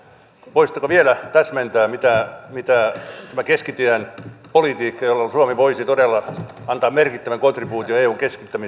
voisitteko vielä täsmentää mitä mitä tämä keskitien politiikka jolla suomi voisi todella antaa merkittävän kontribuution eun